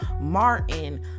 martin